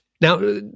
Now